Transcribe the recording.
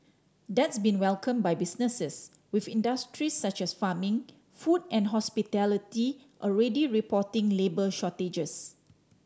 that's been welcomed by businesses with industries such as farming food and hospitality already reporting labour shortages